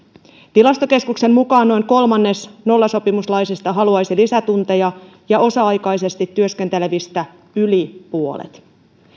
tilastokeskuksen mukaan noin kolmannes nollasopimuslaisista haluaisi lisätunteja ja osa aikaisesti työskentelevistä yli puolet